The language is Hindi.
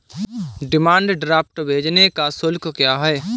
डिमांड ड्राफ्ट भेजने का शुल्क क्या है?